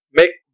make